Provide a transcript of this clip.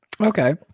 Okay